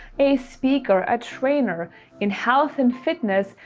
a speaker, a trainer in health and fitness,